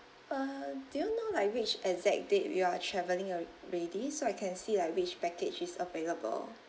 uh do you know like which exact date you are travelling already so I can see like which package is available